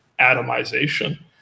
atomization